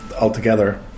altogether